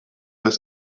their